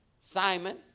Simon